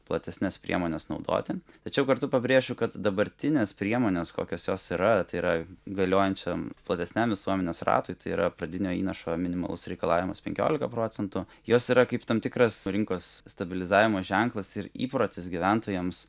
platesnes priemones naudoti tačiau kartu pabrėšiu kad dabartinės priemonės kokios jos yra tai yra galiojančiam platesniam visuomenės ratui tai yra pradinio įnašo minimalus reikalavimas penkiolika procentų jos yra kaip tam tikras rinkos stabilizavimo ženklas ir įprotis gyventojams